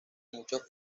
muchos